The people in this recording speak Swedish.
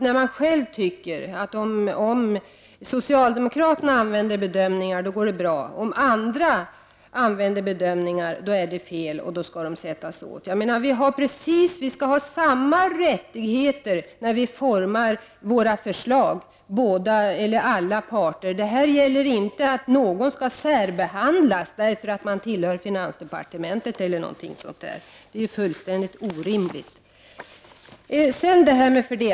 När socialdemokraterna gör bedömningar går det bra, men om andra gör bedömningar är det fel, och då skall de som gör bedömningarna sättas åt. Alla parter skall ha samma rättigheter att forma sina förslag. Inga skall särbehandlas därför att de arbetar t.ex. inom finansdepartementet. Detta är fullständigt orimligt.